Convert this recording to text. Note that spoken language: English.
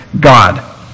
God